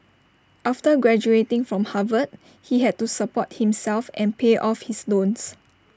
after graduating from Harvard he had to support himself and pay off his loans